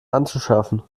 anzuschaffen